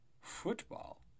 Football